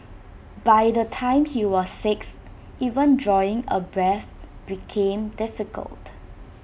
by the time he was six even drawing A breath became difficult